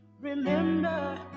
remember